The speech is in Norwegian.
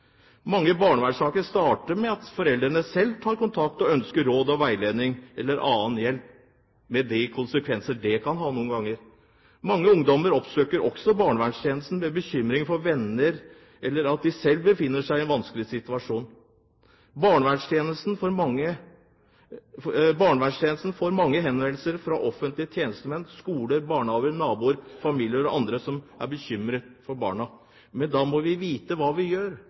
Mange barnevernssaker starter med at foreldrene selv tar kontakt og ønsker råd og veiledning eller annen hjelp, med de konsekvenser det kan ha noen ganger. Mange ungdommer oppsøker også barnevernstjenesten med bekymring for venner, eller fordi de selv befinner seg i en vanskelig situasjon. Barnevernstjenesten får mange henvendelser fra offentlige tjenestemenn, skoler, barnehager, naboer, familie og andre som er bekymret for barn. Men da må vi vite hva vi gjør.